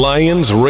Lions